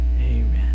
Amen